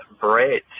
bread